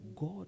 God